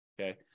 okay